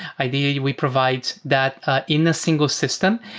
ideally, we provide that ah in a single system.